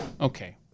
Okay